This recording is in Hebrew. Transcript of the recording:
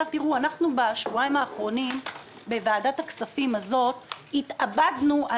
בשבועיים האחרונים בוועדת הכספים הזאת "התאבדנו"